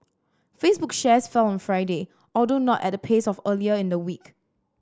Facebook shares fell on Friday although not at the pace of earlier in the week